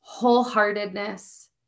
wholeheartedness